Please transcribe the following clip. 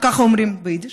ככה אומרים ביידיש,